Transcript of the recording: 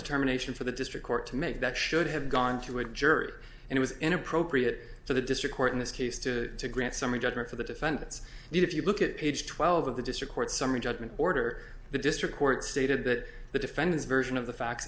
determination for the district court to make that should have gone to a jury and it was inappropriate for the district court in this case to to grant summary judgment for the defendants if you look at page twelve of the district court summary judgment order the district court stated that the defendant's version of the fact